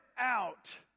out